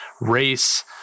race